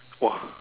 !wah!